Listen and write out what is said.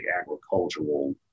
agricultural